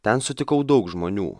ten sutikau daug žmonių